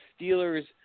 Steelers –